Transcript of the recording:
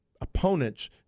opponents